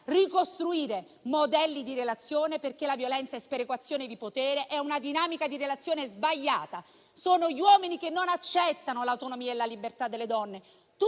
ricostruire modelli di relazione, perché la violenza è sperequazione di potere, è una dinamica di relazione sbagliata. Sono gli uomini che non accettano l'autonomia e la libertà delle donne.